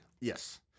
Yes